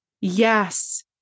yes